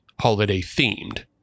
holiday-themed